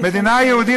מדינה יהודית,